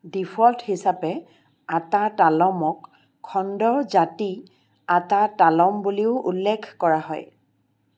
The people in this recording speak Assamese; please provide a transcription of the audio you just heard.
ডিফল্ট হিচাপে আতা তালমক খণ্ড জাতি আতা তালম বুলিও উল্লেখ কৰা হয়